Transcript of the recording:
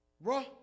Bro